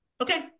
Okay